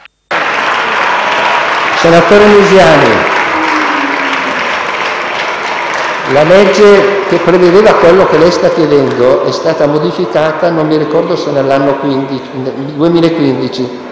Senatore Misiani, la legge che prevedeva quello che lei sta chiedendo è stata modificata nell'anno 2016,